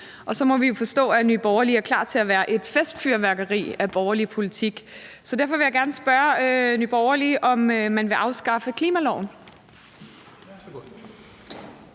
Og så må vi jo forstå, at Nye Borgerlige er klar til at være et festfyrværkeri af borgerlig politik. Så derfor vil jeg gerne spørge Nye Borgerlige, om man vil afskaffe klimaloven.